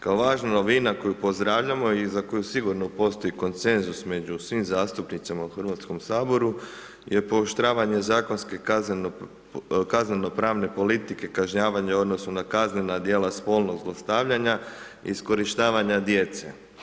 Kao važna novina koju pozdravljamo i za koju sigurno postoji konsenzus među svim zastupnicima u Hrvatskom saboru je pooštravanje zakonske kazneno-pravne politike kažnjavanja u odnosu na kaznena djela spolnog zlostavljanja i iskorištavanja djece.